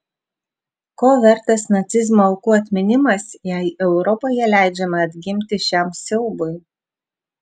ko vertas nacizmo aukų atminimas jei europoje leidžiama atgimti šiam siaubui